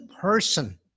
person